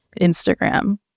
Instagram